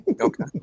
Okay